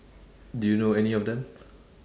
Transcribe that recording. do you know any of them